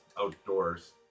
outdoors